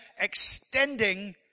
extending